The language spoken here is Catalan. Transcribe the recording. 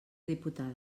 diputades